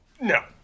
No